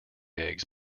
eggs